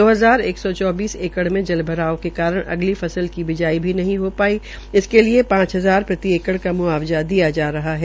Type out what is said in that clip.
दो हजार चौबीस एकड़ में जलभराव के कारण अगली फसल की बिजाई भी नहीं पाई इसके लिये पांच हजार प्रतिएकड़ का मुआवजा दिया जा रहा है